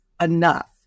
enough